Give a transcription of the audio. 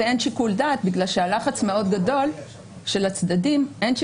ואין שיקול דעת בנושא הזה בגלל שהלחץ של הצדדים מאוד גדול.